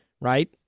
right